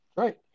Right